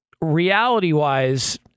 reality-wise